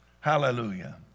Hallelujah